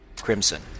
crimson